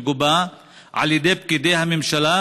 מגובה על ידי פקידי הממשלה,